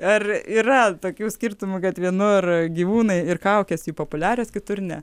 ar yra tokių skirtumų kad vienur gyvūnai ir kaukės jų populiarios kitur ne